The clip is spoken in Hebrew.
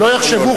שלא יחשבו,